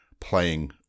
playing